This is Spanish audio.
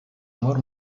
humor